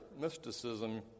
mysticism